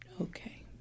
Okay